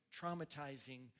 traumatizing